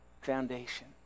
foundation